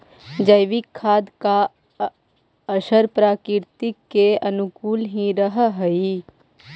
जैविक खाद का असर प्रकृति के अनुकूल ही रहअ हई